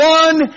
one